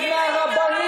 אגיד לך,